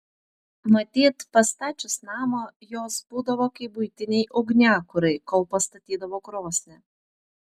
matyt pastačius namą jos būdavo kaip buitiniai ugniakurai kol pastatydavo krosnį